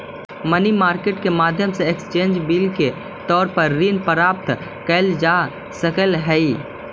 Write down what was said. money market के माध्यम से एक्सचेंज बिल के तौर पर ऋण प्राप्त कैल जा सकऽ हई